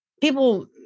people